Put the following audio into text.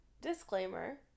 disclaimer